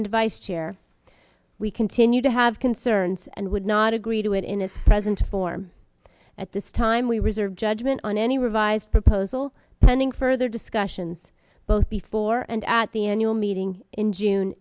and vice chair we continue to have concerns and would not agree to it in its present form at this time we reserve judgment on any revised proposal pending further discussions both before and at the annual meeting in june